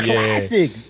Classic